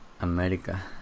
America